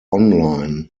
online